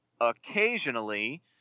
occasionally